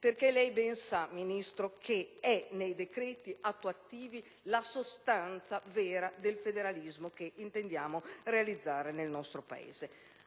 Lei ben sa, signor Ministro, che è nei decreti attuativi la sostanza vera del federalismo che intendiamo realizzare nel nostro Paese.